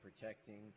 protecting